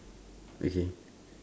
okay